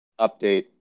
update